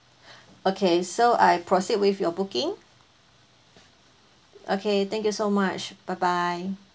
okay so I proceed with your booking okay thank you so much bye bye